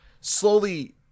slowly